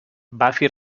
buffy